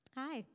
hi